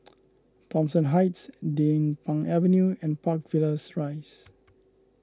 Thomson Heights Din Pang Avenue and Park Villas Rise